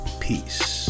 Peace